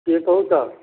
କିଏ କହୁଛ